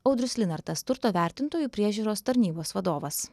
audrius linartas turto vertintojų priežiūros tarnybos vadovas